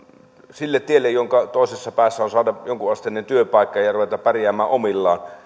sille tielle jonka toisessa päässä on saada jonkunasteinen työpaikka ja ja ruveta pärjäämään omillaan